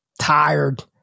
tired